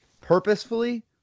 purposefully